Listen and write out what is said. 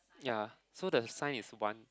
ya so the sign is one